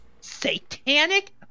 satanic